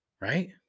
Right